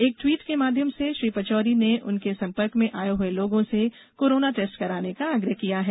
एक टवीट के माध्यम से श्री पचौरी ने उनके संपर्क में आए हुए लोगों से कोरोना टेस्ट कराने का आग्रह किया है